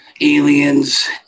aliens